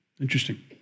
Interesting